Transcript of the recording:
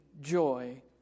joy